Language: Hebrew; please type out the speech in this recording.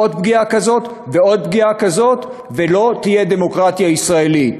עוד פגיעה כזאת ועוד פגיעה כזאת ולא תהיה דמוקרטיה ישראלית.